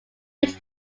which